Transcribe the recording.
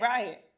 Right